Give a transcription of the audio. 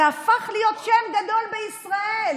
והפך להיות שם גדול בישראל.